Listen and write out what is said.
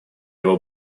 его